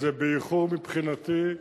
וזה באיחור מבחינתי,